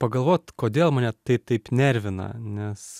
pagalvot kodėl mane tai taip nervina nes